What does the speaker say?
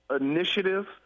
initiative